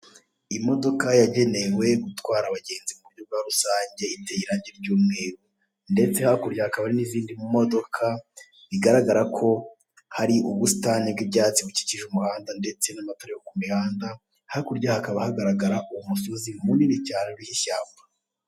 Imodoka yagenewe gutwara abagenzi mu buryo bwa rusange iteye irangi ry'umweru, ndetse hakurya hakaba hari n'izindi modoka bigaragara ko hari ubusitani bw'ibyatsi bukikije umuhanda ndetse n'amatara yo kumihanda, hakurya hakaba hagaragara umusozi munini cyane uriho ishyamba.